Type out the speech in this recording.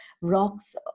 rocks